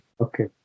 Okay